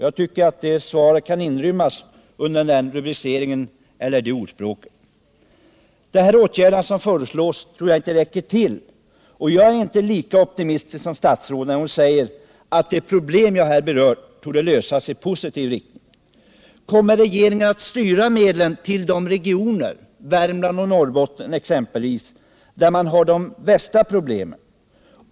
Jag tycker att svaret kan inrymmas under den rubriceringen. De åtgärder som föreslås tror jag inte räcker till. Jag är inte lika optimistisk som statsrådet när hon säger att de problem jag berört torde kunna få en positiv lösning. Kommer regeringen att styra medlen till de regioner, Värmland och Norrbotten exempelvis, där man har de värsta problemen?